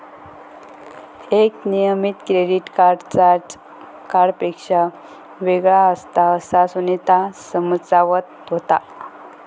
एक नियमित credit card charge कार्डपेक्षा वेगळा असता, असा सुनीता समजावत होता